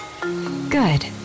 Good